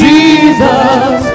Jesus